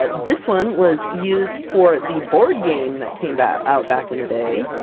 ah this one was used for the board game that came back out back in the day.